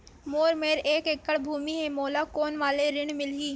मोर मेर एक एकड़ भुमि हे मोला कोन वाला ऋण मिलही?